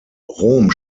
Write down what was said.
rom